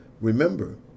remember